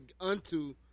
unto